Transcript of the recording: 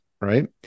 right